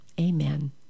amen